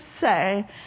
say